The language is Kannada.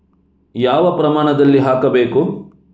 ಯಾವ ಪ್ರಮಾಣದಲ್ಲಿ ಹಾಕಬೇಕು?